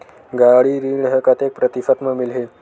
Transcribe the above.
गाड़ी ऋण ह कतेक प्रतिशत म मिलही?